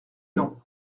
non